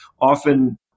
often